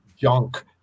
junk